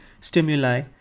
stimuli